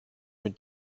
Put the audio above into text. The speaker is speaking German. mit